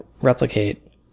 replicate